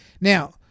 Now